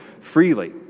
freely